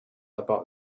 about